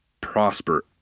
prosper